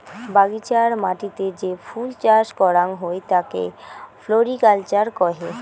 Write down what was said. বাগিচার মাটিতে যে ফুল চাস করাং হই তাকে ফ্লোরিকালচার কহে